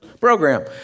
program